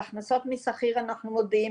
על הכנסות משכיר אנחנו מודעים,